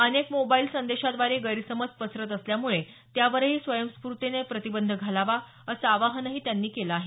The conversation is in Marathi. अनेक मोबाईल संदेशाद्वारे गैरसमज पसरत असल्यामुळे त्यावरही स्वयंस्फूर्तीने प्रतिबंध घालावा असं आवाहनही त्यांनी केलं आहे